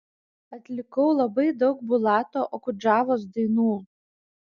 atlikau labai daug bulato okudžavos dainų